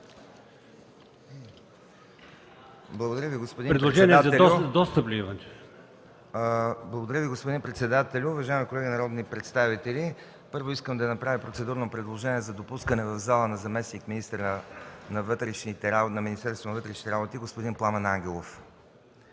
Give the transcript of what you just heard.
Благодаря, господин председател. Уважаеми колеги народни представители! Първо искам да направя процедурно предложение за допускане в залата на заместник-министъра на вътрешните работи господин Пламен Ангелов.